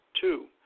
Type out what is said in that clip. Two